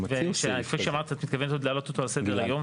וכפי שאמרת, את מתכוונת להעלות אותו לסדר-היום.